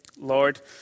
Lord